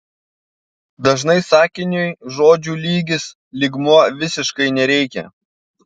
dažnai sakiniui žodžių lygis lygmuo visiškai nereikia